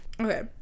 okay